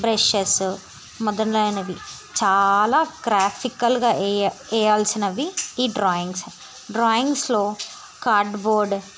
brushes మొదలైనవి చాలా క్రాఫ్టికల్గా ఎ వేయాల్సినవి ఈ డ్రాయింగ్స్ డ్రాయింగ్స్లో కార్డుబోర్డు